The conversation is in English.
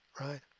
right